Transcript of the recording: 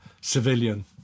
civilian